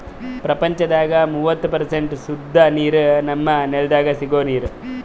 ಪ್ರಪಂಚದಾಗ್ ಮೂವತ್ತು ಪರ್ಸೆಂಟ್ ಸುದ್ದ ನೀರ್ ನಮ್ಮ್ ನೆಲ್ದಾಗ ಸಿಗೋ ನೀರ್